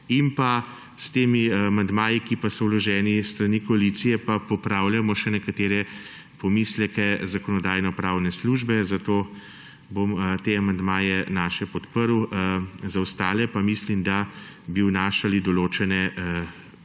S temi amandmaji, ki so vloženi s strani koalicije, pa popravljamo še nekatere pomisleke Zakonodajno-pravne službe, zato bom te naše amandmaje podprl. Za ostale pa mislim, da bi vnašali določene nepotrebne